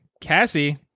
Cassie